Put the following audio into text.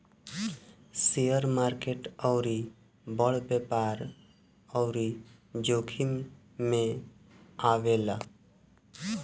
share market अउरी बड़ व्यापार अउरी जोखिम मे आवेला